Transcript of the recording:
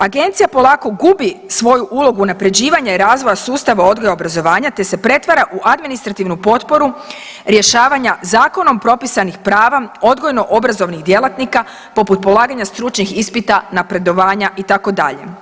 Agencija polako gubi svoju ulogu unapređivanja i razvoja sustava odgoja i obrazovanja te se pretvara u administrativnu potporu rješavanja zakonom propisanih prava odgojno obrazovnih djelatnika poput polaganja stručnih ispita, napredovanja itd.